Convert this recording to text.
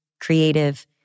creative